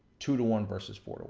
two two one vs four